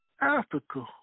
Africa